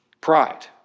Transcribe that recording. Pride